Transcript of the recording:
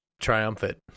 triumphant